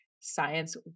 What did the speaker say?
science